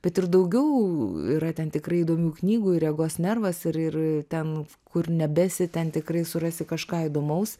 bet ir daugiau yra ten tikrai įdomių knygų ir regos nervas ir ir ten kur nebesi ten tikrai surasi kažką įdomaus